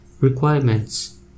requirements